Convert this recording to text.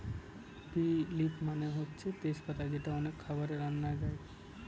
বে লিফ মানে হচ্ছে তেজ পাতা যেটা অনেক খাবারের রান্নায় দেয়